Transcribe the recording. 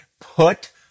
put